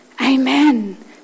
Amen